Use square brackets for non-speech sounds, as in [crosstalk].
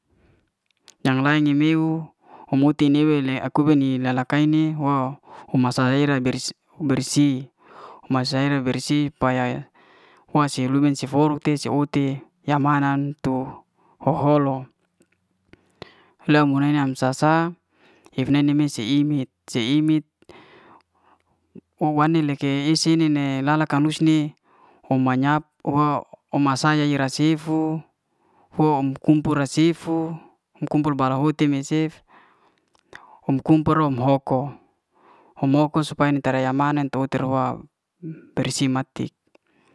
Yang lain em mauw om uhti le we akuba lala kai'ne homa salera [hesitation] bersih. homa salera bersih paya wan se ruba se foruk te se o'ti ya ma'nan tu ho'holo lay munan sa am sa sa hi neinim me se im mit. [hesitation] me se im mit [hesitation] wane leke isi ni ne lala ka'lus ni homanyap [hesitation] homa saya ra sifu, hom kumpura sifu. ho kumpul bala hote me cef, om kumpul rom'hoko. om hoko supaya ya tra'yamanan te ohti ro'hua bersih matik.